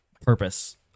purpose